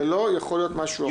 זה לא יכול להיות משהו אחר.